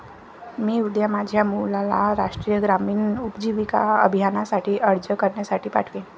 मी उद्या माझ्या मुलाला राष्ट्रीय ग्रामीण उपजीविका अभियानासाठी अर्ज करण्यासाठी पाठवीन